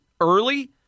early